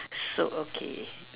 so okay